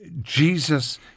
Jesus